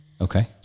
Okay